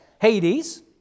Hades